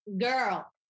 girl